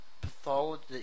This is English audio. pathology